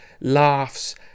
laughs